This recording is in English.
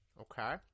okay